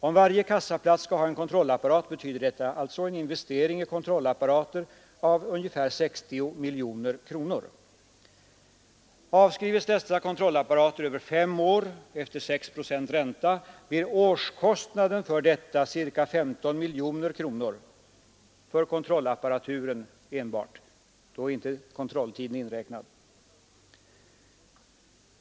Om varje kassaplats skall ha en kontrollapparat betyder detta alltså en investering i kontrollapparater av 60 miljoner kronor. Avskrives dessa kontrollapparater över fem år efter 6 procents ränta blir årskostnaden ca 15 miljoner kronor för enbart kontrollapparaturen. Då är inte kontrolltiden inräknad.